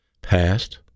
past